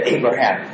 Abraham